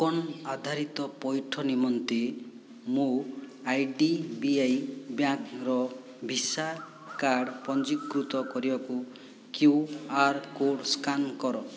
token ଆଧାରିତ ପୈଠ ନିମନ୍ତେ ମୋ ଆଇ ଡ଼ି ବି ଆଇ ବ୍ୟାଙ୍କର ଭିସା କାର୍ଡ଼ ପଞ୍ଜୀକୃତ କରିବାକୁ କ୍ୟୁ ଆର୍ କୋଡ଼୍ ସ୍କାନ୍ କର